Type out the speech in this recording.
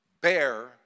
bear